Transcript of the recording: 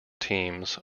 teams